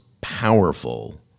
powerful